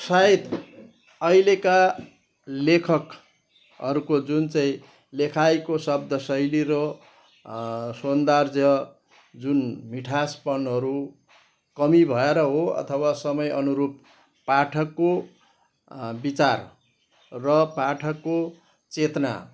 सायद अहिलेका लेखकहरूको जुन चाहिँ लेखाइको शब्द शैली र सौन्दर्य जुन मिठासपनहरू कमी भएर हो अथवा समय अनुरूप पाठकको विचार र पाठकको चेतना